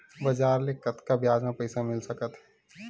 बजार ले कतका ब्याज म पईसा मिल सकत हे?